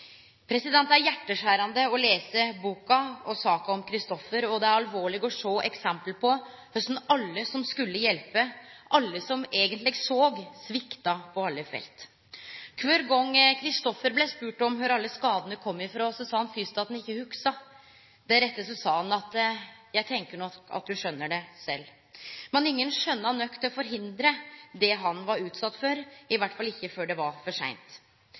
mishandling. Det er hjarteskjerande å lese boka og saka om Christoffer, og det er alvorleg å sjå eit slikt eksempel på korleis alle som skulle hjelpe – alle som eigentleg såg – svikta på alle felt. Kvar gong Christoffer blei spurd om kvar alle skadane kom frå, sa han fyrst at han ikkje hugsa, deretter sa han: «Jeg tenker nok du skjønner det sjøl.» Men ingen skjøna nok til å forhindre det han var utsett for, i alle fall ikkje før det var for seint.